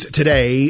today